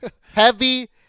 Heavy